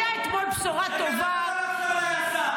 הייתה אתמול בשורה טובה --- למה לא לחזור ליס"ם?